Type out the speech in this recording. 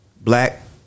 black